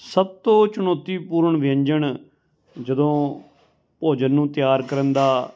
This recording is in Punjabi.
ਸਭ ਤੋਂ ਚੁਣੌਤੀਪੂਰਨ ਵਿਅੰਜਨ ਜਦੋਂ ਭੋਜਨ ਨੂੰ ਤਿਆਰ ਕਰਨ ਦਾ